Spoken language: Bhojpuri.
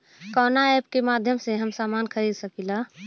कवना ऐपके माध्यम से हम समान खरीद सकीला?